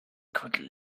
could